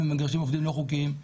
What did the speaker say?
ברחובות ומגרשים עובדים לא חוקיים.